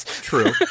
True